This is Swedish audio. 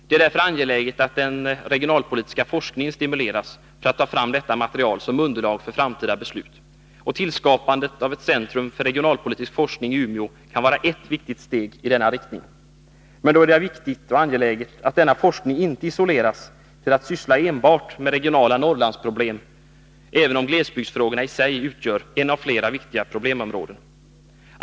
Det är därför angeläget att den regionalpolitiska forskningen stimuleras att ta fram detta material som underlag för framtida beslut. Tillskapandet av ett centrum för regionalpolitisk forskning i Umeå kan vara ett viktigt steg i denna riktning. Men då är det angeläget att denna forskning inte isoleras till att syssla enbart med regionala Norrlandsproblem, även om glesbygdsfrågorna i sig utgör ett av flera viktiga problemområden.